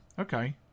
okay